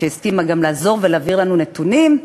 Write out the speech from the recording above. שהסכימה גם כן לעזור ולהעביר לנו נתונים.